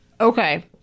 Okay